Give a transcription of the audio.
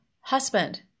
husband